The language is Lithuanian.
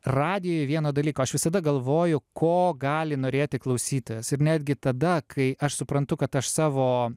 radijuj vieno dalyko aš visada galvoju ko gali norėti klausytojas ir netgi tada kai aš suprantu kad aš savo